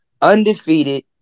undefeated